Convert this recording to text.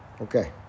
Okay